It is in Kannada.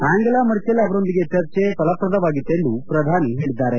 ಅಂಗೆಲಾ ಮಾರ್ಕೆಲ್ ಅವರೊಂದಿಗಿನ ಚರ್ಚೆ ಫಲಪ್ರಧವಾಗಿತ್ತೆಂದು ಪ್ರಧಾನಿ ಹೇಳಿದ್ದಾರೆ